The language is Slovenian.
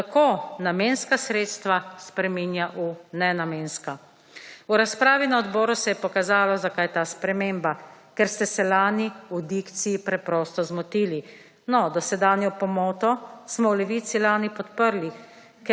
Tako namenska sredstva spreminja v nenamenska. V razpravi na odboru se je pokazalo, zakaj ta sprememba, ker ste se lani v dikciji preprosto zmotili. No, dosedanjo pomoto smo v Levici lani podprli,